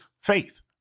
faith